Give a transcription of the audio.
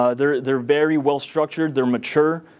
ah they're they're very well structured. they're mature.